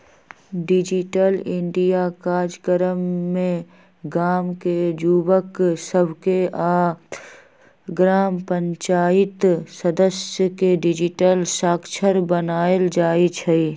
digital India काजक्रम में गाम के जुवक सभके आऽ ग्राम पञ्चाइत सदस्य के डिजिटल साक्षर बनाएल जाइ छइ